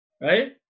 Right